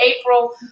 April